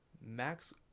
Max